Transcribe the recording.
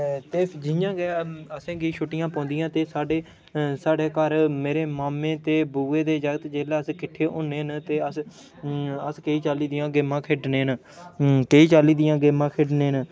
जि'यां गै असें गी छुट्टियां पौंदियां ते साढ़े साढ़े घर मेरे मामे ते बुऐ दे जागत जेल्लै अस कट्ठे होंदे न ते अस केईं चाल्ली दियां गेमां खेढने न केईं चाल्ली दियां गेमां खेढनें न